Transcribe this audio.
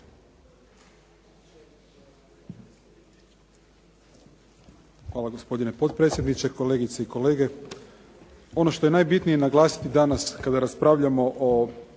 Hvala. Gospodine potpredsjedniče, kolegice i kolege. Ono što je najbitnije naglasiti danas kada raspravljamo o